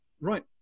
right